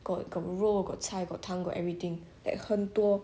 got got 肉 got 菜 got 汤 got everything like 很多